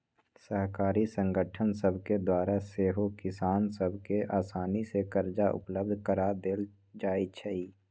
सहकारी संगठन सभके द्वारा सेहो किसान सभ के असानी से करजा उपलब्ध करा देल जाइ छइ